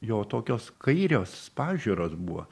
jo tokios kairios pažiūros buvo